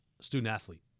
student-athlete